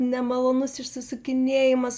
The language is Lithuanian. nemalonus išsisukinėjimas